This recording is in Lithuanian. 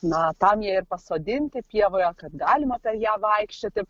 na tam jie ir pasodinti pievoje kad galima per ją vaikščioti